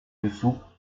dessous